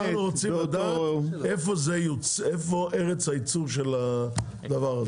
אנחנו רוצים לדעת איפה ארץ הייצור של הדבר הזה.